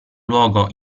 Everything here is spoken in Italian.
luogo